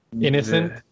Innocent